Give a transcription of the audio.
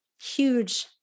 huge